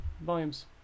volumes